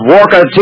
Walker